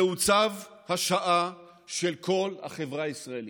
זהו צו השעה של כל החברה הישראלית.